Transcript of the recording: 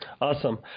awesome